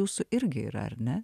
jūsų irgi yra ne